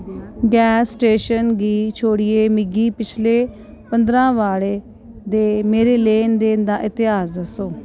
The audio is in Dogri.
गैस स्टेशन गी छोड़ियै मिगी पिछले पंदरा बाड़े दे मेरे लैन देन दा इतिहास दस्सो